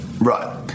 Right